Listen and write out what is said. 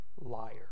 liar